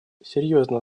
серьезно